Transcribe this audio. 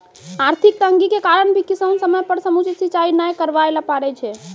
आर्थिक तंगी के कारण भी किसान समय पर समुचित सिंचाई नाय करवाय ल पारै छै